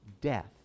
death